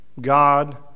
God